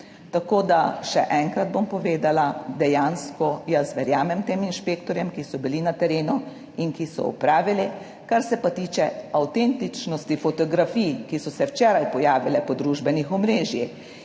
Tako da, še enkrat bom povedala, dejansko jaz verjamem tem inšpektorjem, ki so bili na terenu, in ki so opravili. Kar se pa tiče avtentičnosti fotografij, ki so se včeraj pojavile po družbenih omrežjih